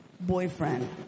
boyfriend